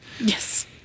Yes